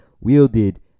wielded